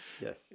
yes